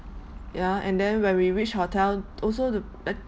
ya and then when we reach hotel also the